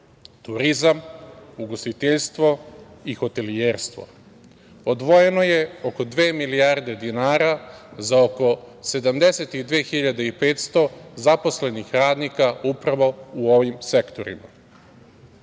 turizam, ugostiteljastvo i hotelijerstvo. Odvojeno je oko dve milijarde dinara za oko 72.500 zaposlenih radnika upravo u ovim sektorima. Najbitnije